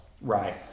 Right